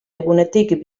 egunetik